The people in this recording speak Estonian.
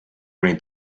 kuni